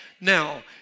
Now